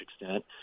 extent